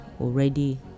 already